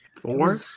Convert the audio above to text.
Four